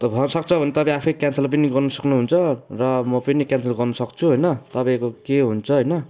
हु त हर सक्छ भने तपाईँ आफै क्यान्सल पनि गर्न सक्नुहुन्छ र म पनि क्यान्सल गर्नसक्छु होइन तपाईँको के हुन्छ होइन